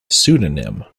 pseudonym